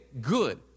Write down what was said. good